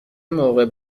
موقع